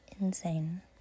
Insane